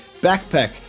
Backpack